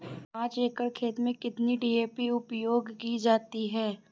पाँच एकड़ खेत में कितनी डी.ए.पी उपयोग की जाती है?